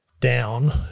down